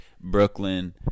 Brooklyn